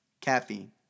Caffeine